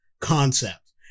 concept